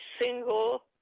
single